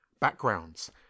backgrounds